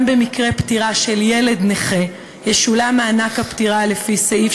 במקרה פטירה של ילד נכה ישולם מענק הפטירה לפי סעיף